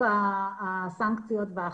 לחיזוק הסנקציות והאכיפה.